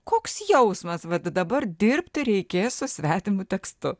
koks jausmas vat dabar dirbti reikės su svetimu tekstu